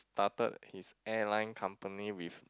started his airline company with